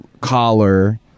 Collar